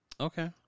Okay